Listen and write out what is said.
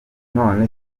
none